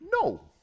No